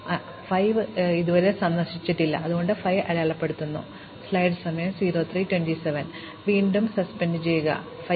അതിനാൽ ഞങ്ങൾ 5 എടുക്കുകയും സന്ദർശിച്ചിട്ടില്ലെന്ന് കാണുകയും ചെയ്യുന്നു ഞങ്ങൾ 5 അടയാളപ്പെടുത്തുന്നു സമയം കാണുക 0327 കാണുക വീണ്ടും സസ്പെൻഡ് ചെയ്യുക 5